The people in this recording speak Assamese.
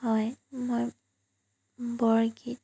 হয় মই বৰগীত